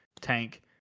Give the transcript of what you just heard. tank